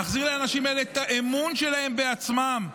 להחזיר לאנשים האלה את האמון שלהם בעצמם,